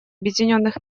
объединенных